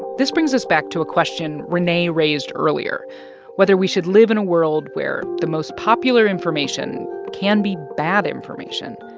this brings us back to a question renee raised earlier whether we should live in a world where the most popular information can be bad information.